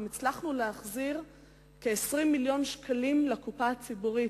אלא הצלחנו להחזיר כ-20 מיליון שקלים לקופה הציבורית.